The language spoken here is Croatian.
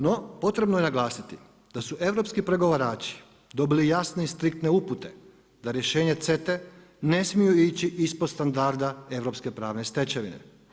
No, potrebno je naglasiti da su europski pregovarači dobili jasne i striktne upute da rješenje CETA-e ne smiju ići ispod standarda europske pravne stečevine.